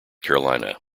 carolina